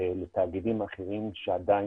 לתאגידים אחרים שעדיין